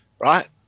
right